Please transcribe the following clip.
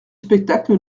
spectacle